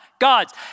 gods